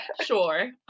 sure